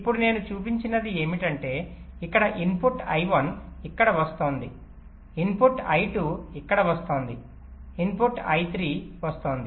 ఇప్పుడు నేను చూపించనిది ఏమిటంటే ఇక్కడ ఇన్పుట్ I1 ఇక్కడ వస్తోంది ఇన్పుట్ I2 ఇక్కడ వస్తోంది ఇన్పుట్ I3 వస్తోంది